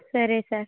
సరే సార్